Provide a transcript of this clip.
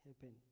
happen